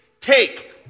Take